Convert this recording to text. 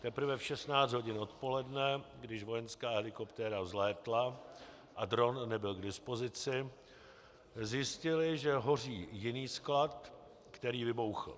Teprve v 16 hodin odpoledne, když vojenská helikoptéra vzlétla a dron nebyl k dispozici, zjistili, že hoří jiný sklad, který vybuchl.